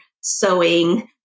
sewing